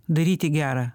daryti gera